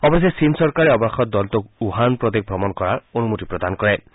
অৱশ্যে চীন চৰকাৰে অৱশেষত দলটোক ৱুহান প্ৰদেশ ভ্ৰমণ কৰাৰ অনুমতি প্ৰদান কৰিছে